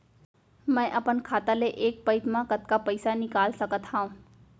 मैं अपन खाता ले एक पइत मा कतका पइसा निकाल सकत हव?